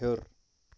ہیوٚر